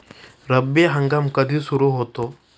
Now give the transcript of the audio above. रब्बी हंगाम कधी सुरू होतो?